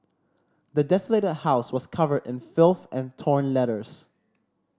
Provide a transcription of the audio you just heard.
the desolated house was covered in filth and torn letters